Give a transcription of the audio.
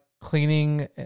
cleaning